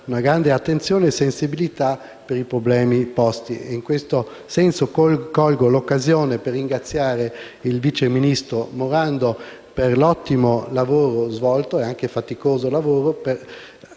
grande attenzione e sensibilità ai problemi posti. In questo senso, colgo l'occasione per ringraziare il vice ministro Morando per l'ottimo e faticoso lavoro